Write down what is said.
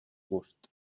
gust